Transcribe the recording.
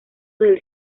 del